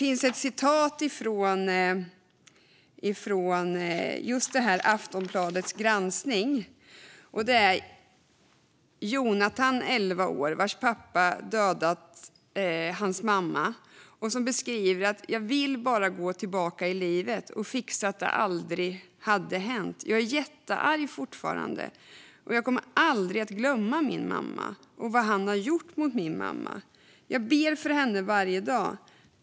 I Aftonbladets granskning medverkar Jonathan, 11 år, vars pappa dödade hans mamma. Han säger: Jag vill bara gå tillbaka i livet och fixa så att det aldrig hade hänt. Jag är fortfarande jättearg och kommer aldrig att glömma min mamma eller vad min pappa har gjort mot min mamma. Jag ber för henne varje dag.